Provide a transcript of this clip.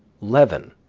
leaven,